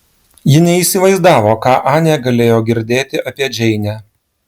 ji neįsivaizdavo ką anė galėjo girdėti apie džeinę